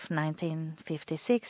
1956